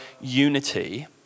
unity